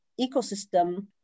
ecosystem